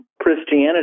Christianity